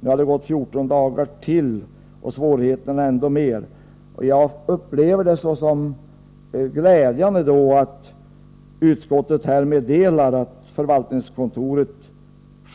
Nu har det gått 14 dagar till, och svårigheterna har blivit större. Jag upplever det som glädjande att utskottet meddelar att förvaltningskontoret